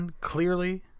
clearly